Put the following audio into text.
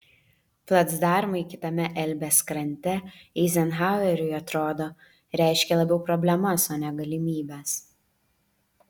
placdarmai kitame elbės krante eizenhaueriui atrodo reiškė labiau problemas o ne galimybes